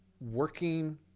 working